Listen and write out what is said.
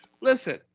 Listen